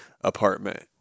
apartment